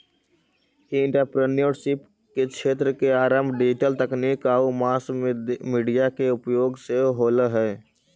ई entrepreneurship क्क्षेत्र के आरंभ डिजिटल तकनीक आउ मास मीडिया के उपयोग से होलइ हल